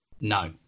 No